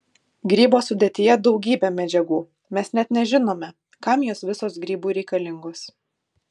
grybo sudėtyje daugybė medžiagų mes net nežinome kam jos visos grybui reikalingos